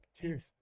cheers